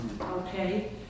Okay